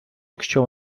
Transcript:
якщо